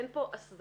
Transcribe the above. אין פה הסדרה,